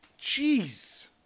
Jeez